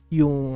yung